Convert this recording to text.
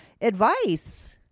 advice